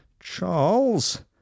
Charles